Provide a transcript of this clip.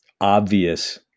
obvious